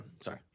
Sorry